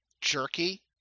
jerky